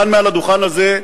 כאן מעל הדוכן הזה,